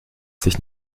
sich